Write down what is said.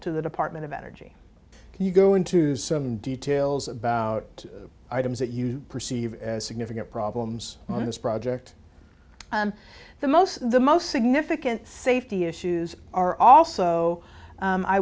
to the department of energy you go into some details about items that you perceive as significant problems in this project the most the most significant safety issues are also